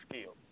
skill